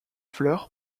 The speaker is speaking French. fleur